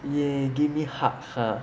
!yay! give me hug hug